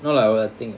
no lah our thing